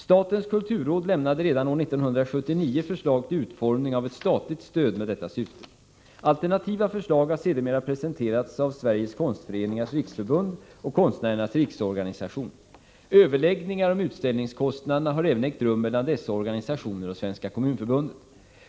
Statens kulturråd lämnade redan år 1979 förslag till utformning av ett statligt stöd med detta syfte. Alternativa förslag har sedermera presenterats av Sveriges konstföreningars riksförbund och Konstnärernas riksorganisation. Överläggningar om utställningskostnaderna har även ägt rum mellan dessa organisationer och Svenska kommunförbundet.